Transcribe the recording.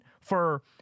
for-